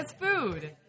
food